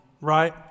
right